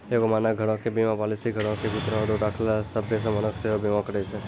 एगो मानक घरो के बीमा पालिसी घरो के भीतरो मे रखलो सभ्भे समानो के सेहो बीमा करै छै